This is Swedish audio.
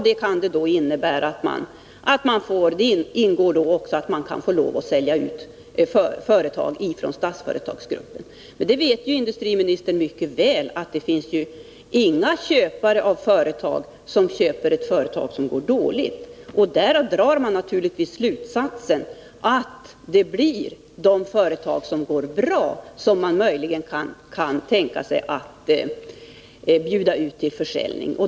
Det kan då innebära att man får lov att sälja företag från Statsföretagsgruppen. Industriministern vet ju mycket väl att det inte finns någon som köper ett företag som går dåligt. Därav drar man naturligtvis slutsatsen att det blir de företag som går bra som man möjligen kan tänka sig att bjuda ut till försäljning.